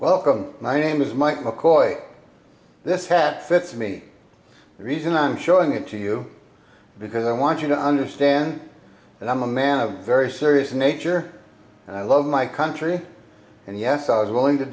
welcome my name is mike because this fat fits me the reason i'm showing it to you because i want you to understand that i'm a man of very serious nature and i love my country and yes i was willing to